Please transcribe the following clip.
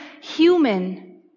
human